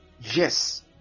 yes